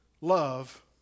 love